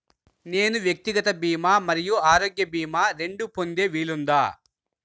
నేను వ్యక్తిగత భీమా మరియు ఆరోగ్య భీమా రెండు పొందే వీలుందా?